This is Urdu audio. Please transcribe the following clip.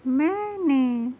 میں نے